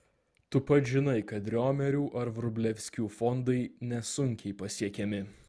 tu pats žinai kad riomerių ar vrublevskių fondai nesunkiai pasiekiami